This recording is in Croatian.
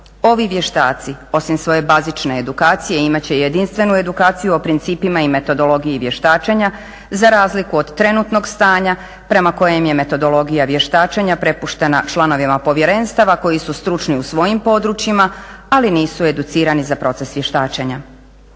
Ovi vještaci osim svoje bazične edukacije imat će jedinstvenu edukaciju o principima i metodologiji vještačenja za razliku od trenutnog stanja prema kojem je metodologija vještačenja prepuštena članovima povjerenstva koji su stručni u svojim područjima, ali nisu educirani za proces vještačenja.